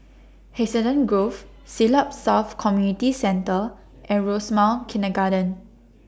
Hacienda Grove Siglap South Community Centre and Rosemount Kindergarten